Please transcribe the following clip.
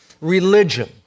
Religion